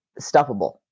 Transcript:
stuffable